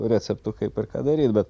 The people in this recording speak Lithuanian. receptų kaip ir ką daryt bet